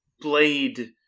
blade